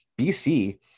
BC